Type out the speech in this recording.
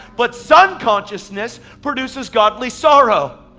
but son consciousness produces godly sorrow.